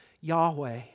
Yahweh